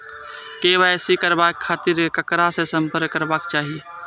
KYC कराबे के खातिर ककरा से संपर्क करबाक चाही?